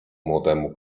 młodemu